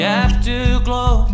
afterglow